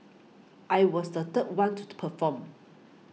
I was the third one to to perform